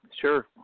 sure